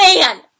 Man